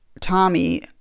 Tommy